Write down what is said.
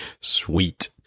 Sweet